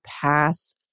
pass